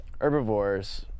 herbivores